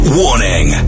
warning